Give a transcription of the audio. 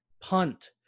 punt